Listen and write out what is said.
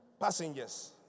passengers